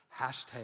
Hashtag